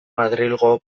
madrilgo